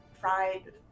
fried